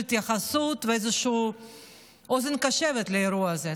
התייחסות ואיזושהי אוזן קשבת לאירוע הזה.